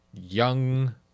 young